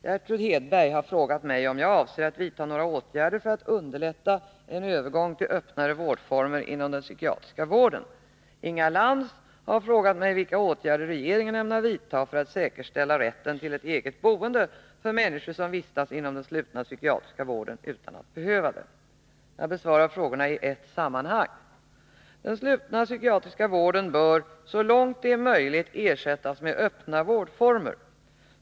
Herr talman! Gertrud Hedberg har frågat mig om jag avser att vidta några åtgärder för att underlätta en övergång till öppnare vårdformer inom den psykiatriska vården. Jag besvarar frågorna i ett sammanhang. Den slutna psykiatriska vården bör så långt det är möjligt ersättas av öppna vårdformer.